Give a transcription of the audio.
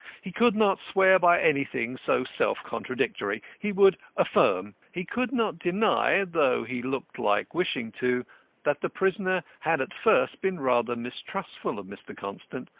he could not swear by anything so self-contradictory. he would affirm. he could not deny though he looked like wishing to that the prisoner had at first been rather mistrustful of mr. constant,